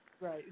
right